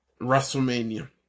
WrestleMania